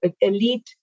elite